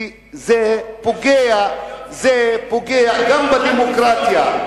כי זה פוגע גם בדמוקרטיה,